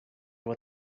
what